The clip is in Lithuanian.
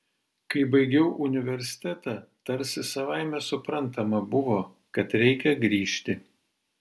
kai baigiau universitetą tarsi savaime suprantama buvo kad reikia grįžt